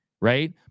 right